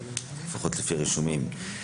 לפחות לפי הרישומים.